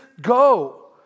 go